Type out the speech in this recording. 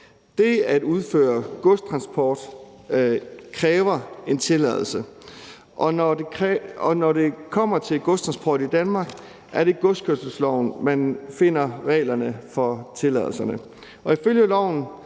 Det at udføre godstransport kræver en tilladelse, og når det kommer til godstransport i Danmark, er det i godskørselsloven, man finder reglerne for tilladelse.